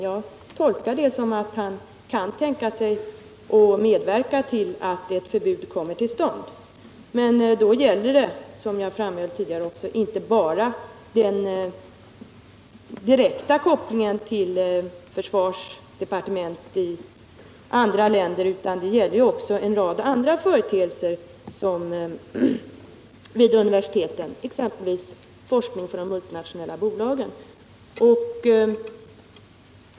Jag tolkar det som att han kan tänka sig att medverka till att ett förbud kommer till stånd. Då gäller det, som jag framhöll tidigare, inte bara den direkta kopplingen till försvarsdepartement i andra länder utan också en rad andra företeelser vid universiteten, exempelvis forskningen för de multinationella bolagen.